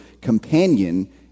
companion